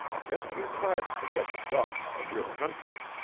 just you try to forget the dogma of your country!